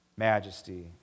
majesty